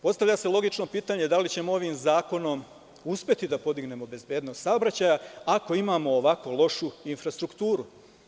Postavlja se logično pitanje da li ćemo ovim zakonom uspeti da podignemo bezbednost saobraćaja ako imamo ovako lošu infrastrukturu?